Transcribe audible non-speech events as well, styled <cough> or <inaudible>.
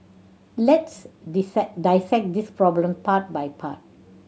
let's dissect <unintelligible> this problem part by part